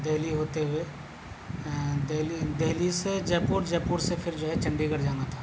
دہلی ہوتے ہوئے دہلی دہلی سے جے پور جے پور سے پھر جو ہے چنڈی گڑھ جانا تھا